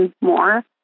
more